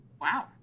Wow